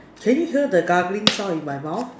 can you hear the gargling sound in my mouth